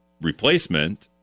replacement